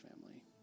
family